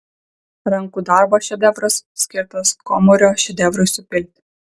rankų darbo šedevras skirtas gomurio šedevrui supilti